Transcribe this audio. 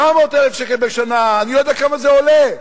700,000 שקל בשנה, אני לא יודע כמה זה עולה,